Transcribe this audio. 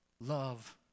love